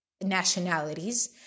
nationalities